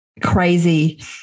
crazy